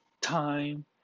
time